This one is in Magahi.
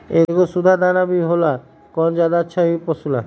एगो सुधा दाना भी होला कौन ज्यादा अच्छा होई पशु ला?